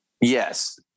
Yes